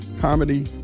comedy